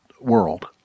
world